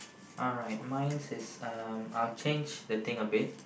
alright mine is um I'll change the thing a bit